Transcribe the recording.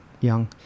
young